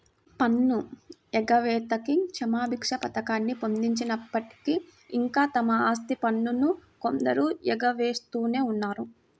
పన్ను ఎగవేతకి క్షమాభిక్ష పథకాన్ని పొడిగించినప్పటికీ, ఇంకా తమ ఆస్తి పన్నును కొందరు ఎగవేస్తూనే ఉన్నారు